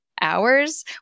hours